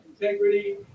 integrity